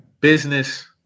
Business